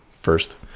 first